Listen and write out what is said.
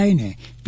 આઇને પી